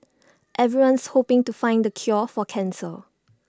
everyone's hoping to find the cure for cancer